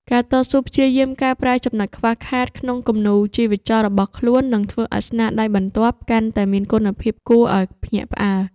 ការតស៊ូព្យាយាមកែប្រែចំណុចខ្វះខាតក្នុងគំនូរជីវចលរបស់ខ្លួននឹងធ្វើឱ្យស្នាដៃបន្ទាប់កាន់តែមានគុណភាពគួរឱ្យភ្ញាក់ផ្អើល។